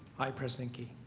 hi, president gee.